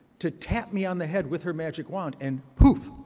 to tap me on the head with her magic wand and poof,